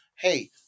Hey